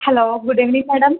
hello good evening madam